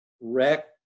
wreck